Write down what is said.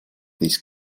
these